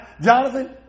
Jonathan